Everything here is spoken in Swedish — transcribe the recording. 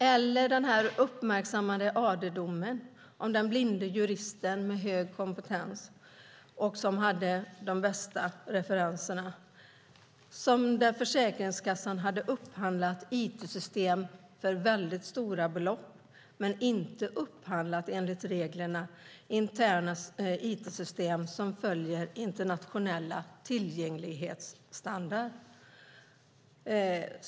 Eller se på den uppmärksammade AD-domen om den blinde juristen med hög kompetens och de bästa referenserna. Försäkringskassan hade upphandlat it-system för stora belopp men inte hållit sig till reglerna om att interna it-system ska följa internationella tillgänglighetsstandarder.